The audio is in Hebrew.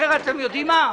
אחרת יודעים מה?